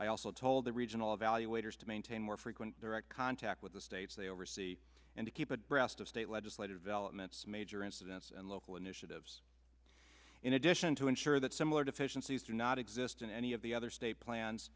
i also told the regional evaluators to maintain more frequent direct contact with the states they oversee and to keep a breast of state legislative elements major incidents and local initiatives in addition to ensure that similar deficiencies do not exist in any of the other state plans